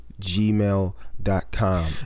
gmail.com